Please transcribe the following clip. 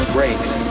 Brakes